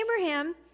Abraham